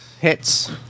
hits